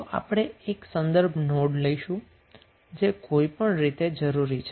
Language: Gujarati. તો આપણે એક રેફેરન્સ નોડ લઈશું જે કોઈપણ રીતે જરૂરી છે